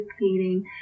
Painting